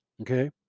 okay